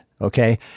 okay